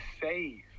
save